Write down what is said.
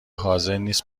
حاضرنیست